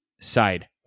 side